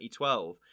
2012